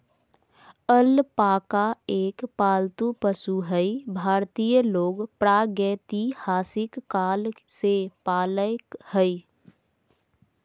alpaca एक पालतू पशु हई भारतीय लोग प्रागेतिहासिक काल से पालय हई